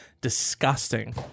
Disgusting